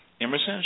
Emerson